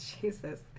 Jesus